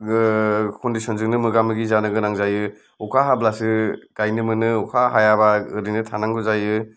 कन्डिसनजोंनो मोगा मोगि जानो गोनां जायो अखा हाब्लासो गायनो मोनो अखा हायाब्ला ओरैनो थानांगौ जायो